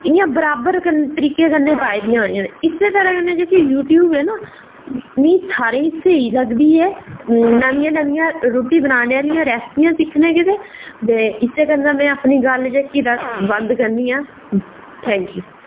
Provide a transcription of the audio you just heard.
ते इं'या बराबर तरीकै कन्नै पाई दियां होनियां ते उस्सै तरहां कन्नै जेह्की यूट्यूब ऐ ना मिगी सारें ई स्हेई लगदी ऐ नमियां नमियां रुट्टी बनाने आस्तै सिक्खने गित्तै ते इस कन्नै गै में जेह्की अपनी गल्ल बंद करनी आं थैंक यू